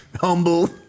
humble